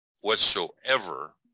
whatsoever